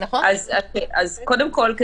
קודם כול,